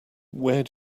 where